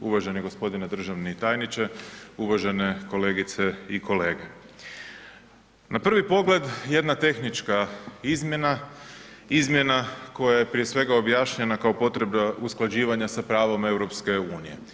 Uvaženi gospodine državni tajniče, uvažene kolegice i kolege, na prvi pogled jedna tehnička izmjena, izmjena koja je prije svega objašnjena kao potreba usklađivanja sa pravom EU.